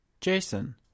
Jason